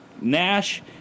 Nash